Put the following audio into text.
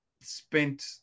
spent